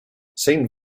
saint